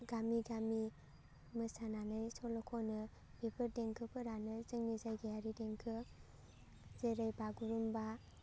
गामि गामि मोसानानै सल' ख'नो बेफोर देंखोफोरानो जोंनि जायगायारि देंखो जेरै बागुरुम्बा